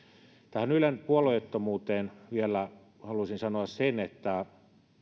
tähän ylen puolueettomuuteen vielä haluaisin sanoa sen että